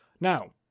Now